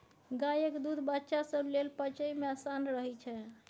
गायक दूध बच्चा सब लेल पचइ मे आसान रहइ छै